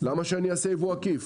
למה שאני אעשה יבוא עקיף?